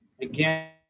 again